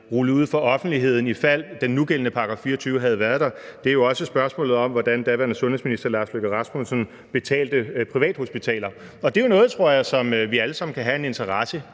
rullet ud for offentligheden, i fald den nugældende § 24 havde været der. Det er spørgsmålet om, hvordan daværende sundhedsminister, Lars Løkke Rasmussen, betalte privathospitaler. Og det er jo noget, tror jeg, som vi alle sammen kan have en interesse